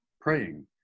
praying